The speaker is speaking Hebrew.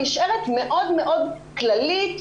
נשארת מאוד מאוד כללית,